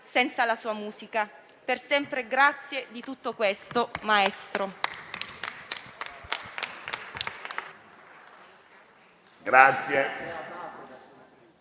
senza la sua musica. Per sempre grazie di tutto questo, maestro.